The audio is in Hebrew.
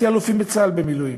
תת-אלופים בצה"ל במילואים,